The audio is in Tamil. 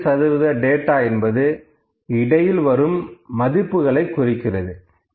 25 சதவீத டேட்டா என்பது இடையில் வரும் மதிப்புகளை குறிக்கிறது